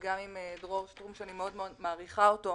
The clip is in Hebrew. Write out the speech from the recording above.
גם עם דרור שטרום, שאני מאוד מאוד מעריכה אותו,